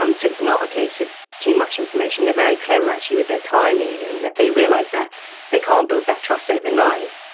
um so it's not a case of too much information they're very clever actually with their timing, in and that they realize that they can't build that trust overnight.